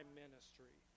ministry